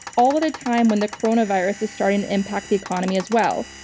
all the time when the coronavirus is starting to impact the economy as well.